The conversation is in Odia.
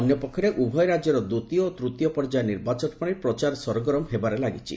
ଅନ୍ୟ ପକ୍ଷରେ ଉଭୟ ରାକ୍ୟର ଦ୍ୱିତୀୟ ଓ ତୂତୀୟ ପର୍ଯ୍ୟାୟ ନିର୍ବାଚନ ପାଇଁ ପ୍ରଚାର ସରଗରମ ହେବାରେ ଲାଗିଛି